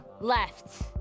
left